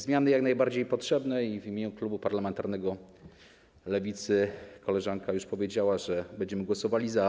Zmiany są jak najbardziej potrzebne i w imieniu klubu parlamentarnego Lewicy koleżanka już powiedziała, że będziemy głosowali za.